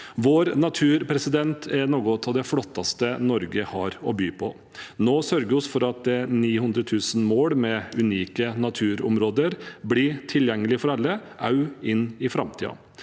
Vår natur er noe av det flotteste Norge har å by på. Nå sørger vi for at 900 000 mål med unike naturområder blir tilgjengelig for alle, også inn i framtiden.